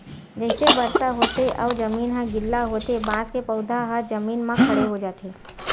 जइसे बरसा होथे अउ जमीन ह गिल्ला होथे बांस के पउधा ह जमीन म खड़ा हो जाथे